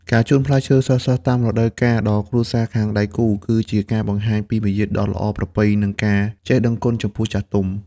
ការជូនផ្លែឈើស្រស់ៗតាមរដូវកាលដល់គ្រួសារខាងដៃគូ គឺជាការបង្ហាញពីមារយាទដ៏ល្អប្រពៃ និងការចេះដឹងគុណចំពោះចាស់ទុំ។